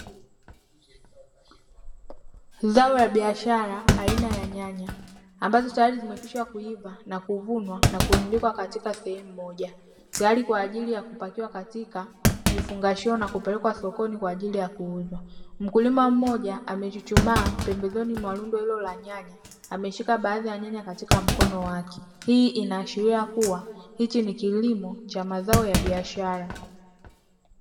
Zao la biashara aina ya nyanya ambazo tayari zimekwisha kuiva na kuvunwa na kurundikwa katika sehemu moja; tayari kwa ajili ya kupakiwa katika vifungashio na kupelekwa sokoni kwa ajili ya kuuzwa. Mkulima mmoja amechuchumaa pembezoni mwa rundo hilo la nyanya, ameshika baadhi ya nyanya katika mkono wake. Hii inaashiria kuwa hichi ni kilimo cha mazao ya biashara.